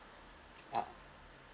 ah